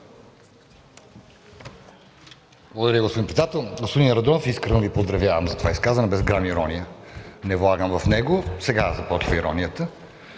Благодаря, господин Председател. Господин Йорданов, искрено Ви поздравявам за това изказване – грам ирония не влагам в него. Сега започва иронията.